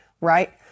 Right